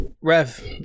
Rev